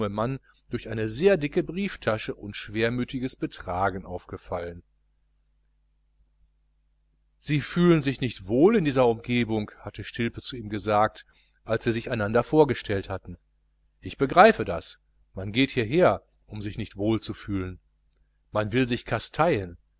mann durch eine sehr dicke brieftasche und schwermütiges betragen aufgefallen sie fühlen sich nicht wohl in dieser umgebung hatte stilpe zu ihm gesagt als sie sich einander vorgestellt hatten ich begreife das man geht hierher um sich nicht wohlzufühlen man will sich kasteien